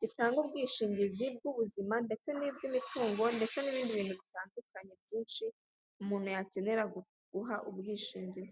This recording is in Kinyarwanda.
gitanga ubwishingizi bw'ubuzima ndetse n'iby'imitungo ndetse n'ibindi bintu bitandukanye byinshi umuntu yakenera guha ubwishingizi.